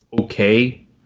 okay